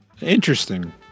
Interesting